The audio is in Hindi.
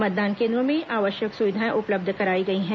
मतदान केंद्रों में आवश्यक सुविधाएं उपलब्ध कराई गई हैं